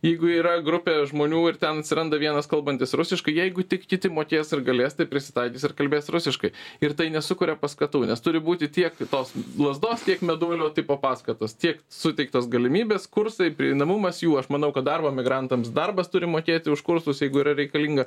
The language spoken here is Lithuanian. jeigu yra grupė žmonių ir ten atsiranda vienas kalbantis rusiškai jeigu tik kiti mokės ir galės tai prisitaikys ir kalbės rusiškai ir tai nesukuria paskatų nes turi būti tiek tos lazdos tiek meduolio tipo paskatos tiek suteiktos galimybės kursai prieinamumas jų aš manau kad darbo migrantams darbas turi mokėti už kursus jeigu yra reikalinga